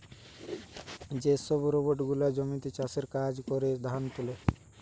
যে সব রোবট গুলা জমিতে চাষের কাজ করে, ধান তুলে